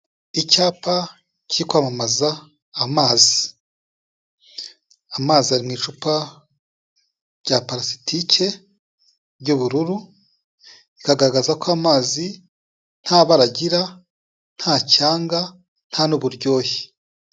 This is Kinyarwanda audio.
Icyapa kiri kwamamaza amazi. Amazi ari mu icupa rya parasitike ry'ubururu, bikagaragaza ko amazi nta bara agira, nta cyanga nta n'uburyohe.